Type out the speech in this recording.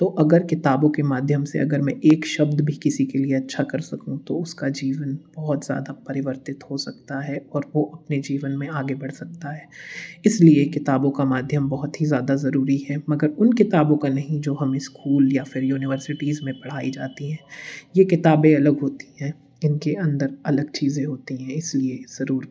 तो अगर किताबों के माध्यम से अगर मैं एक शब्द भी किसी के लिए अच्छा कर सकूँ तो उसका जीवन बहुत ज़्यादा परिवर्तित हो सकता है और वो अपने जीवन मे आगे बढ़ सकता है इस लिए किताबों का माध्यम बहुत ही ज़्यादा ज़रूरी है मगर उन किताबों का नहीं जो हम स्कूल या फिर यूनिवर्सिटीस में पढ़ाई जाती है ये किताबें अलग होती हैं इनके अंदर अलग चीज़े होती हैं इस लिए ज़रूर पढ़ें